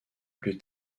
plus